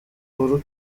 uhuru